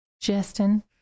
Justin